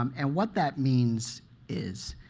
um and what that means is,